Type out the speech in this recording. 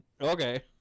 Okay